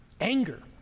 Anger